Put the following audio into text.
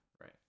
right